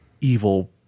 evil